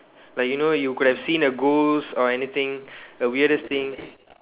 like you know you could have seen a ghost or anything the weirdest thing